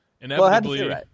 inevitably